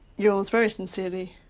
yours very sincerely,